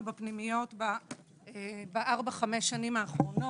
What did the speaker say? בפנימיות בארבע-חמש שנים האחרונות.